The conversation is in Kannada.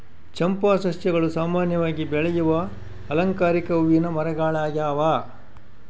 ಚಂಪಾ ಸಸ್ಯಗಳು ಸಾಮಾನ್ಯವಾಗಿ ಬೆಳೆಯುವ ಅಲಂಕಾರಿಕ ಹೂವಿನ ಮರಗಳಾಗ್ಯವ